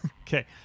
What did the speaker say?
Okay